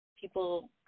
people –